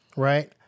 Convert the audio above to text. Right